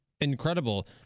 incredible